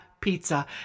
pizza